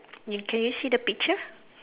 you can you see the picture